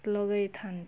ଲଗାଇଥାନ୍ତି